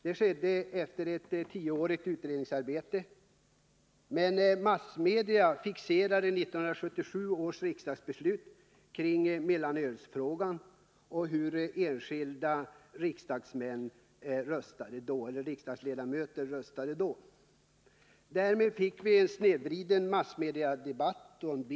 Det skedde efter ett tioårigt utredningsarbete. Massmedia fixerade 1977 års riksdagsbeslut kring mellanölsfrågan och hur enskilda riksdagsledamöter röstade. Därmed fick vi en snedvriden massmediabild av problemens art och storlek.